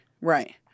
right